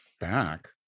back